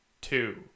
two